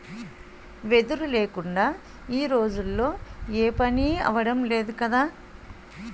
వెదురు లేకుందా ఈ రోజుల్లో ఏపనీ అవడం లేదు కదా